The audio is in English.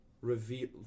reveal